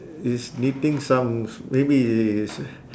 is knitting some maybe it is